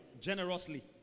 generously